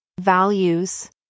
values